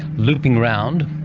looping around.